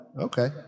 okay